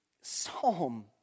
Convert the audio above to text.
psalm